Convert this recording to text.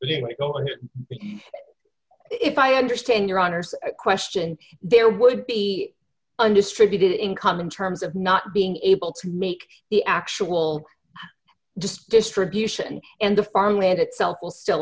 and if i understand your honor's question there would be undistributed income in terms of not being able to make the actual just distribution and the farmland itself will still